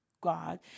God